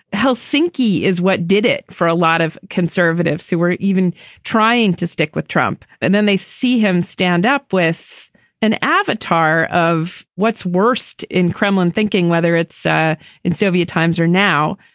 helsinki is what did it for a lot of conservatives who were even trying to stick with trump. and then they see him stand up with an avatar of what's worst in kremlin thinking, whether it's ah in soviet times or now.